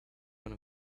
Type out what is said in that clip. one